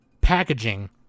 packaging